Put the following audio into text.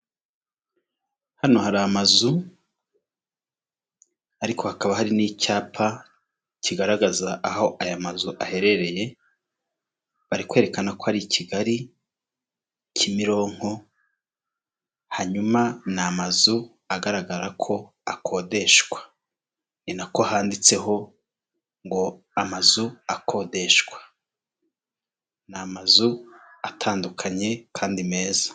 Hano hari amazu ariko hakaba hari n'icyapa kigaragaza aho aya mazu aherereye, bari kwerekana ko ari i Kigali Kimironko hanyuma ni amazu agaragara ko akodeshwa, ni na ko handitseho ngo amazu akodeshwa, ni amazu atandukanye kandi meza.